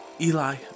Eli